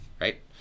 Right